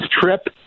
trip